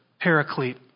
Paraclete